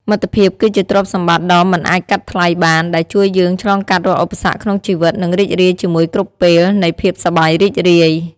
មិត្តភាពគឺជាទ្រព្យសម្បត្តិដ៏មិនអាចកាត់ថ្លៃបានដែលជួយយើងឆ្លងកាត់រាល់ឧបសគ្គក្នុងជីវិត និងរីករាយជាមួយគ្រប់ពេលនៃភាពសប្បាយរីករាយ។